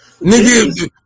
Nigga